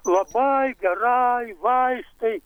labai gerai vaistai